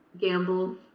Gamble